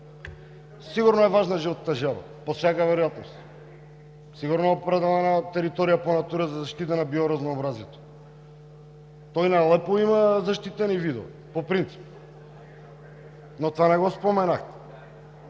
сигурно е важна жълтата жаба по всяка вероятност, сигурно е определена от територия по Натура за защита на биоразнообразието. И на Алепу има защитени видове по принцип, но това не го споменахте.